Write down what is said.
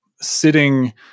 sitting